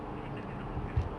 then macam mana nak makan